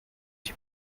die